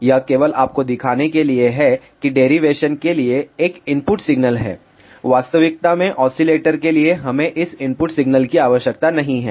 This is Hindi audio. यह केवल आपको दिखाने के लिए है कि डेरिवेशन के लिए एक इनपुट सिग्नल है वास्तविकता में ऑसिलेटर के लिए हमें इस इनपुट सिग्नल की आवश्यकता नहीं है